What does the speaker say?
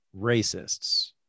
racists